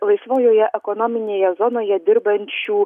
laisvojoje ekonominėje zonoje dirbančių